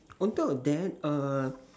on top of that err